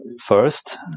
first